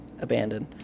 Abandoned